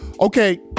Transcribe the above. Okay